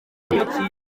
hagati